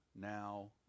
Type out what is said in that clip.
now